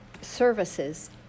services